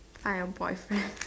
I have boyfriend